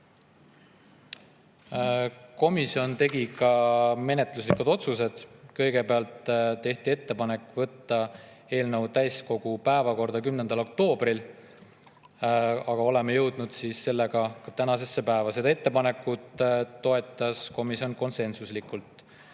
Komisjon tegi ka menetluslikud otsused. Kõigepealt tehti ettepanek võtta eelnõu täiskogu päevakorda 10. oktoobril – oleme jõudnud sellega tänasesse päeva –, komisjon toetas ettepanekut konsensuslikult.